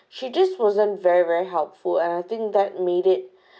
she just wasn't very very helpful and I think that made it